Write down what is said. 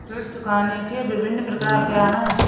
ऋण चुकाने के विभिन्न प्रकार क्या हैं?